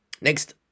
Next